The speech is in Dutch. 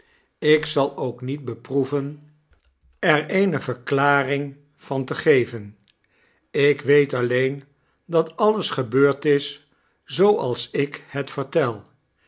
ik zal ook niet beproeven er eene verklaring van te geven ik weet alleen dat alles gebeurd is zooals ik het vertel